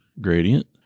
gradient